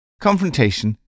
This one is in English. Confrontation